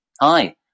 hi